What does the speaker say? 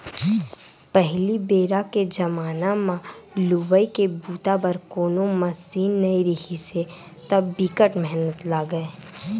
पहिली बेरा के जमाना म लुवई के बूता बर कोनो मसीन नइ रिहिस हे त बिकट मेहनत लागय